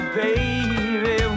baby